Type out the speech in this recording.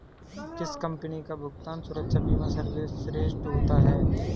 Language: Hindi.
किस कंपनी का भुगतान सुरक्षा बीमा सर्वश्रेष्ठ होता है?